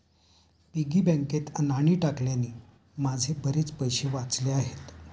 piggy बँकेत नाणी टाकल्याने माझे बरेच पैसे वाचले आहेत